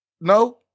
no